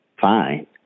fine